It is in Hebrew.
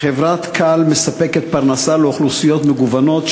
חברת CALL" יכול" מספקת פרנסה לאוכלוסיות מגוונות,